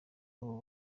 ubu